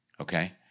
okay